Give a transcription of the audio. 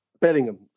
Bellingham